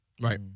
Right